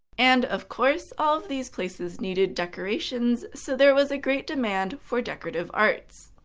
and, of course, all of these places needed decorations, so there was a great demand for decorative arts.